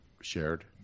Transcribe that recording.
shared